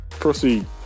proceed